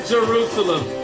Jerusalem